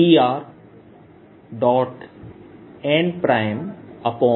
r r